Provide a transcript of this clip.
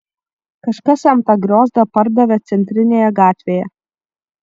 kažkas jam tą griozdą pardavė centrinėje gatvėje